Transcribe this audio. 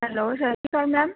hello ਸਤਿ ਸ਼੍ਰੀ ਅਕਾਲ ਮੈਮ